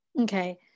okay